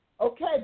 Okay